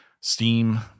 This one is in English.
steam